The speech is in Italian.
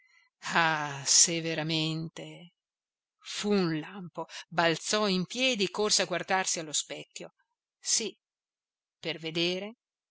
ah se veramente fu un lampo balzò in piedi corse a guardarsi allo specchio sì per vedere